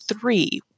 three